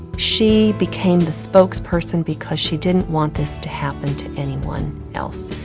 she became the spokesperson because she didn't want this to happen to anyone else.